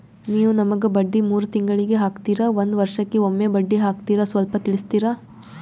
ನೀವು ನಮಗೆ ಬಡ್ಡಿ ಮೂರು ತಿಂಗಳಿಗೆ ಹಾಕ್ತಿರಾ, ಒಂದ್ ವರ್ಷಕ್ಕೆ ಒಮ್ಮೆ ಬಡ್ಡಿ ಹಾಕ್ತಿರಾ ಸ್ವಲ್ಪ ತಿಳಿಸ್ತೀರ?